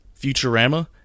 Futurama